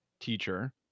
teacher